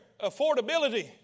affordability